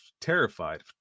terrified